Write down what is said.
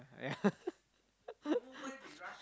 yeah